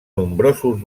nombrosos